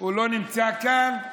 הוא לא נמצא כאן,